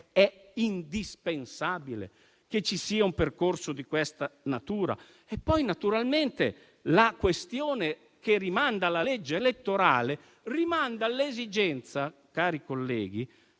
è indispensabile che ci sia un percorso di questa natura? E poi, naturalmente, la questione che rimanda alla legge elettorale rimanda all'esigenza, cari colleghi,